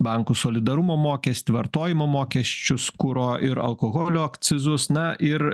bankų solidarumo mokestį vartojimo mokesčius kuro ir alkoholio akcizus na ir